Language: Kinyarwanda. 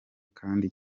kandi